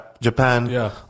Japan